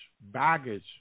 Baggage